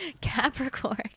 Capricorn